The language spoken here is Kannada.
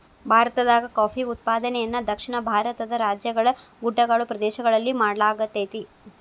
ಭಾರತದಾಗ ಕಾಫಿ ಉತ್ಪಾದನೆಯನ್ನ ದಕ್ಷಿಣ ಭಾರತದ ರಾಜ್ಯಗಳ ಗುಡ್ಡಗಾಡು ಪ್ರದೇಶಗಳಲ್ಲಿ ಮಾಡ್ಲಾಗತೇತಿ